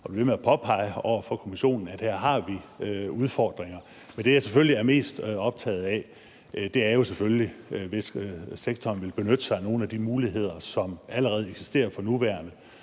og blive ved med at påpege over for Kommissionen, at her har vi udfordringer. Men det, jeg selvfølgelig er mest optaget af, er, hvis sektoren vil benytte sig af nogle af de muligheder, som allerede eksisterer for nuværende,